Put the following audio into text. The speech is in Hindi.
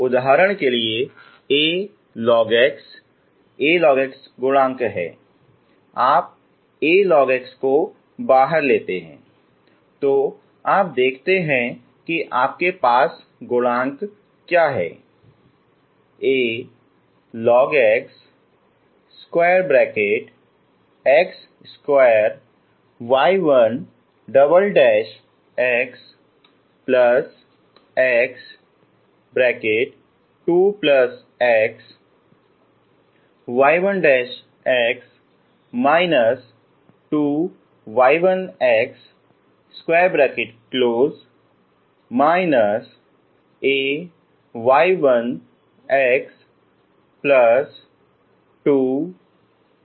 उदाहरण के लिए Alog x Alog x गुणांक है आप Alog x को बाहर लेते हैं आप देखते हैं कि आपके पास गुणांक क्या है